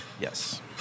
Yes